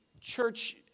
church